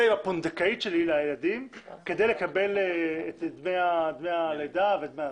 עם הפונדקאית שלי לילדים כדי לקבל דמי לידה.